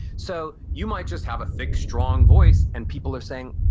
so you might just have a thick, strong voice and people are saying,